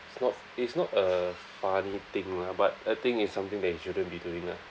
it's not it's not a funny thing lah but I think it's something they shouldn't be doing lah